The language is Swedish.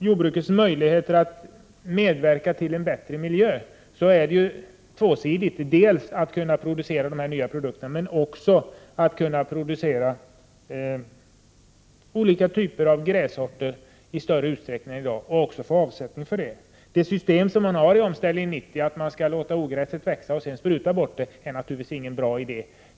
Jordbrukets möjligheter att medverka till en bättre miljö är en tvåsidig problematik: det gäller dels att kunna framställa de nya produkterna, dels att kunna producera olika typer av grässorter i större utsträckning än i dag och även få avsättning för de produkterna. Systemet i Omställning 90, att man skall låta ogräset växa och sedan spruta bort det, är naturligtvis ingen bra idé.